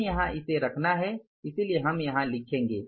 हमें इसे यहां रखना है इसलिए हम यहां लिखेंगे